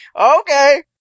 Okay